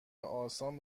آسان